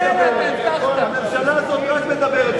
הממשלה הזאת רק מדברת,